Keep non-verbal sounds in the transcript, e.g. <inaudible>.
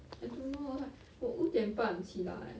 <noise> I don't know like 我五点半起来